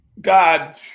God